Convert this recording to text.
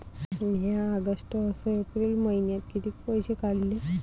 म्या ऑगस्ट अस एप्रिल मइन्यात कितीक पैसे काढले?